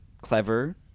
clever